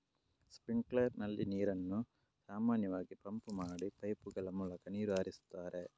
sprinkler ನಲ್ಲಿ ನೀರನ್ನು ಸಾಮಾನ್ಯವಾಗಿ ಪಂಪ್ ಮಾಡಿ ಪೈಪುಗಳ ಮೂಲಕ ನೀರು ಹರಿಸ್ತಾರೆ